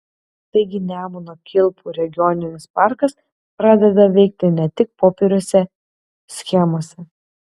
taigi nemuno kilpų regioninis parkas pradeda veikti ne tik popieriuose schemose